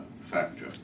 factor